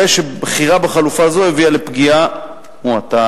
הרי שבחירה בחלופה הזאת הביאה לפגיעה מועטה